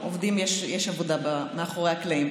אנחנו עובדים, יש עבודה מאחורי הקלעים.